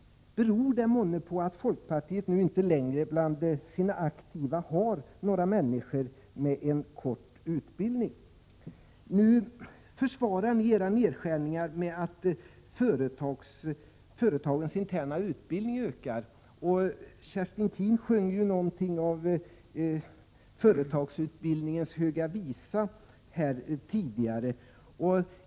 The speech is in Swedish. Beror det månne på att folkpartiet nu inte längre har några människor med en kort utbildning bland sina aktiva? Ni försvarar nu era nedskärningar med att företagens interna utbildning ökar. Kerstin Keen sjöng någonting av företagsutbildningens höga visa här tidigare.